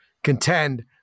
contend